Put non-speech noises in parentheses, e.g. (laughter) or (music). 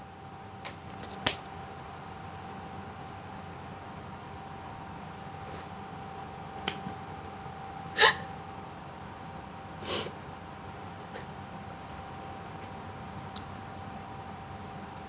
(laughs)